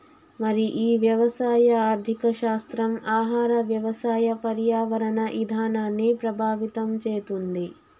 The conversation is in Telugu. మరి ఈ వ్యవసాయ ఆర్థిక శాస్త్రం ఆహార వ్యవసాయ పర్యావరణ ఇధానాన్ని ప్రభావితం చేతుంది